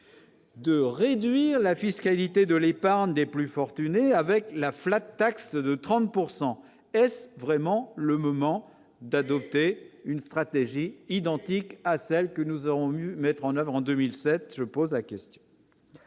De réduire la fiscalité de l'épargne des plus fortunés avec la flat axe de 30 pourcent est est-ce vraiment le moment d'adopter une stratégie identique à celle que nous avons mieux mettre en oeuvre en 2007,